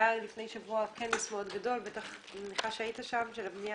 לפני שבוע היה כנס מאוד גדול של המועצה לבנייה